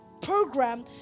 program